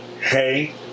hey